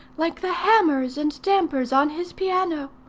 like the hammers and dampers on his piano.